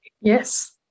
yes